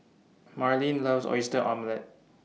Marleen loves Oyster Omelette